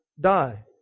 die